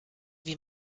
wie